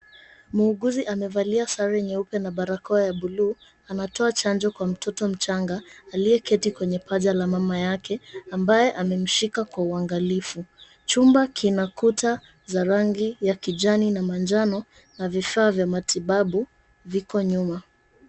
Muuguzi amevalia sare nyeupe na barakoa ya blu , anatoa chanjo kwa mtoto mchanga aliyeketi kwenye paja la mama yake ambaye amemshika kwa uangalifu. Chumba kina kuta ya rangi ya kijani na vifaa vya matibabu viko nyuma.